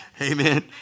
Amen